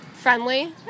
friendly